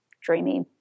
dreamy